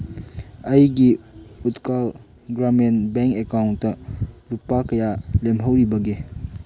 ꯑꯩꯒꯤ ꯎꯠꯀꯜ ꯒ꯭ꯔꯥꯃꯤꯟ ꯕꯦꯡ ꯑꯦꯀꯥꯎꯟꯗ ꯂꯨꯄꯥ ꯀꯌꯥ ꯂꯦꯝꯍꯧꯔꯤꯕꯒꯦ